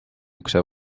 ukse